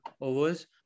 overs